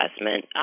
investment